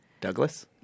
Douglas